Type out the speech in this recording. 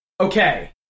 Okay